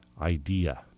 idea